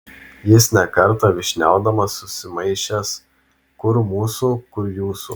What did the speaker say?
jis ne kartą vyšniaudamas sumaišęs kur mūsų kur jūsų